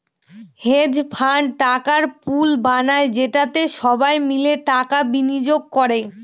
hedge fund টাকার pool বানায় যেটাতে সবাই মিলে টাকা বিনিয়োগ করে